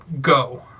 go